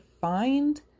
find